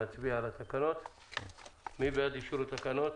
מי בעד התקנות,